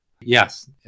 Yes